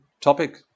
topic